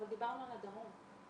אבל דיברנו על הדרום.